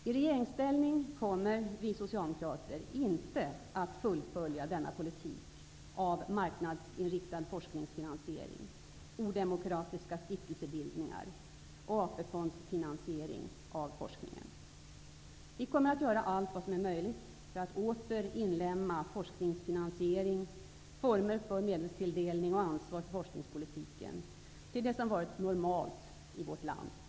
I regeringsställning kommer vi socialdemokrater inte att fullfölja denna politik med marknadsinriktad forskningsfinansiering, odemokratiska stiftelsebildningar och AP-fondsfinansiering av forskningen. Vi kommer att göra allt som är möjligt för att åter inlemma forskningsfinansiering, former för medelstilldelning och ansvar för forskningspolitiken till det som tidigare varit normalt i vårt land.